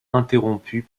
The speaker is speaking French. interrompue